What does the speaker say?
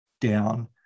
down